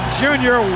junior